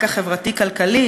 רקע חברתי כלכלי,